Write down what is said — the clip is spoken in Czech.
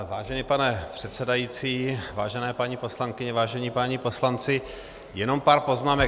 Vážený pane předsedající, vážené paní poslankyně, vážení páni poslanci, jenom pár poznámek.